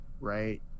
right